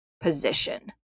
position